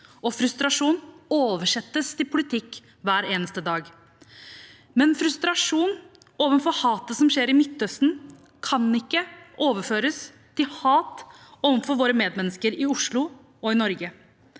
Frustrasjon oversettes til politikk hver eneste dag, men frustrasjon overfor hatet som skjer i Midtøsten, kan ikke overføres til hat overfor våre medmennesker i Oslo og i Norge.